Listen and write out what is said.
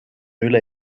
üle